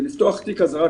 לפתוח תיק אזהרה,